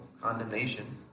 condemnation